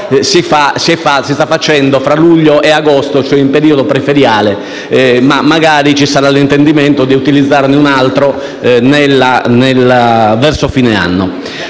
si sta facendo tra luglio e agosto, in periodo preferiale (ma, magari, ci sarà l'intendimento di utilizzarne un altro verso fine anno).